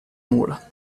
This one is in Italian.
mura